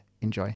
Enjoy